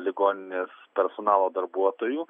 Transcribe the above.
ligoninės personalo darbuotojų